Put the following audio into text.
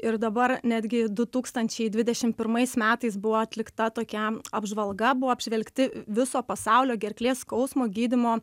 ir dabar netgi du tūkstančiai dvidešim pirmais metais buvo atlikta tokia apžvalga buvo apžvelgti viso pasaulio gerklės skausmo gydymo